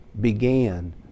began